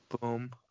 Boom